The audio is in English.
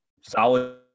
solid